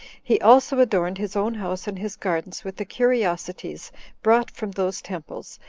he also adorned his own house and his gardens with the curiosities brought from those temples,